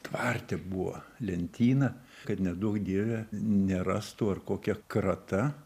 tvarte buvo lentyna kad neduok dieve nerastų ar kokia krata